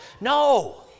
No